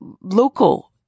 local